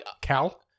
Cal